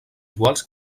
iguals